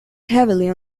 heavily